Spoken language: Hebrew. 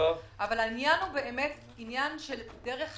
אבל העניין הוא מהי דרך המלך.